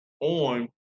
on